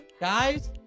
guys